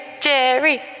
Jerry